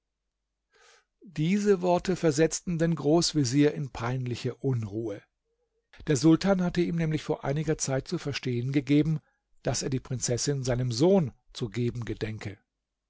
diese worte versetzten den großvezier in peinliche unruhe der sultan hatte ihm nämlich vor einiger zeit zu verstehen gegeben daß er die prinzessin seinem sohn zu geben gedenke